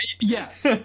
yes